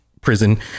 Prison